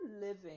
living